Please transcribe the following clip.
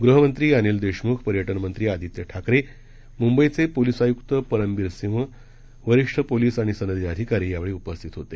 गृहमंत्री अनिल देशमुख पर्यटन मंत्री आदित्य ठाकरे मुंबईचे पोलीस आयुक्त परमबीर सिंह वरिष्ठ पोलिस आणि सनदी अधिकारी या वेळी उपस्थित होते